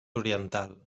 oriental